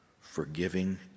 forgiving